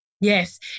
Yes